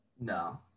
no